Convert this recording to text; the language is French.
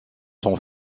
sont